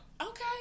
Okay